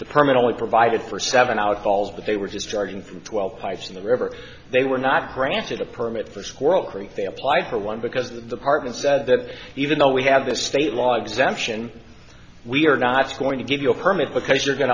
the permit only provided for seven out calls but they were just starting from twelve pipes in the river they were not granted a permit for squirrel creek they applied for one because the hartman said that even though we have the state law exemption we are not going to give you a permit because you're going